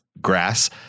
grass